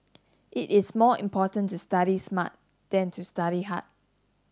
it is more important to study smart than to study hard